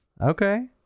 Okay